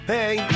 Hey